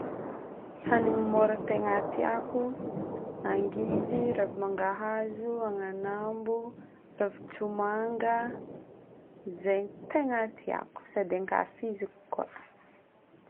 Hanigny mora tegna tiako: angivy, ravi-mangahazo, agnanambo, ravin-tsomanga. Izay no tegna tiako sady ankafiziko koa.